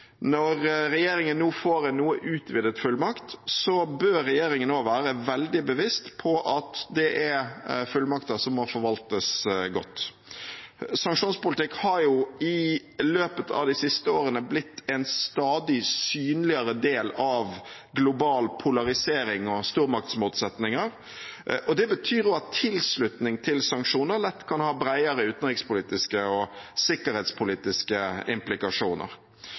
Når regjeringen nå får en noe utvidet fullmakt, bør regjeringen også være veldig bevisst på at det er fullmakter som må forvaltes godt. Sanksjonspolitikk har i løpet av de siste årene blitt en stadig synligere del av global polarisering og stormaktsmotsetninger. Det betyr også at tilslutning til sanksjoner lett kan ha bredere utenrikspolitiske og sikkerhetspolitiske implikasjoner.